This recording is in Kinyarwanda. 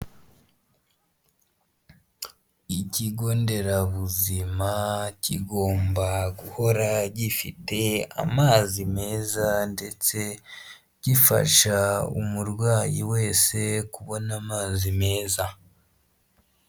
Ikigo nderabuzima kigomba guhora gifite amazi meza ndetse gifasha umurwayi wese kubona amazi meza.